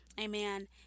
amen